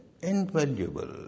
Invaluable